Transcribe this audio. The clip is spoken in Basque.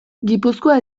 gipuzkoa